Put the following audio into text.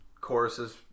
choruses